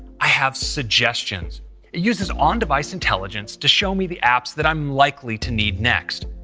i have suggestions, it uses on-device intelligence to show me the apps that i'm likely to need next.